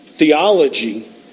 theology